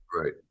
Right